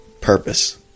purpose